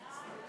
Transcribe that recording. סעיף